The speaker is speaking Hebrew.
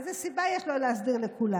איזו סיבה יש לא להסדיר לכולם?